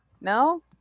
No